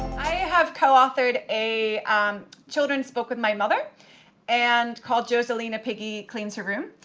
i have co-authored a children's book with my mother and called, joselina piggy cleans her room,